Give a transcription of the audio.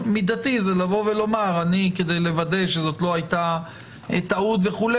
מידתי זה לומר: כדי לוודא שזו לא היתה טעות וכו',